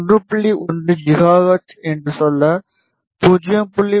1 gigahertz என்று சொல்ல 0